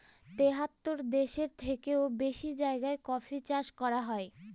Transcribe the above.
তেহাত্তর দেশের থেকেও বেশি জায়গায় কফি চাষ করা হয়